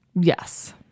Yes